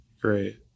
Great